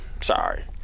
sorry